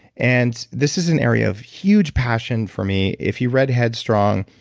and this is an area of huge passion for me. if you read head strong,